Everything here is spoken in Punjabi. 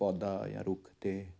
ਪੌਦਾਂ ਜਾਂ ਰੁੱਖ ਤਾਂ